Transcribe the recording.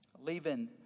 Leaving